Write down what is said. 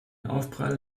aufprall